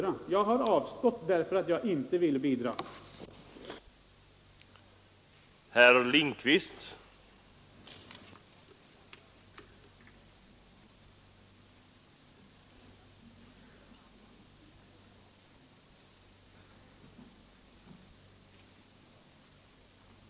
Jag har avstått från att väcka någon motion i denna fråga därför att jag inte ville bidra härtill.